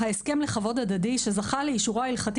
ההסכם לכבוד הדדי שזכה לאישורו ההלכתי